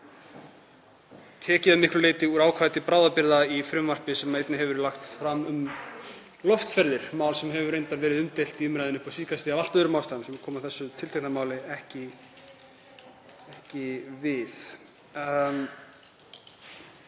tekið að miklu leyti úr ákvæði til bráðabirgða í frumvarpi sem einnig hefur verið lagt fram, um loftferðir, mál sem hefur reyndar verið umdeilt í umræðunni upp á síðkastið af allt öðrum ástæðum sem koma þessu tiltekna máli ekki við.